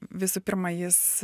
visų pirma jis